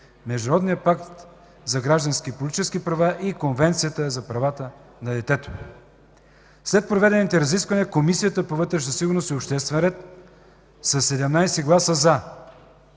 Международния пакт за граждански и политически права и Конвенцията за правата на детето. След проведените разисквания Комисията по вътрешна сигурност и обществен ред, със 17 гласа „за”,